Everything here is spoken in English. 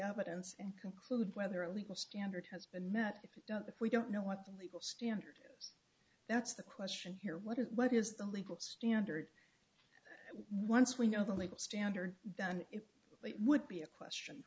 evidence and conclude whether a legal standard has been met if we don't know what the legal standard that's the question here what is what is the legal standard once we know the legal standard then it would be a question